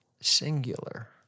singular